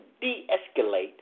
de-escalate